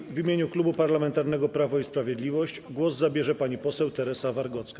I w imieniu Klubu Parlamentarnego Prawo i Sprawiedliwość głos zabierze pani poseł Teresa Wargocka.